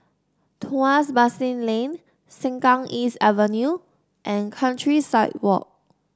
Tuas Basin Lane Sengkang East Avenue and Countryside Walk